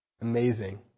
Amazing